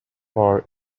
for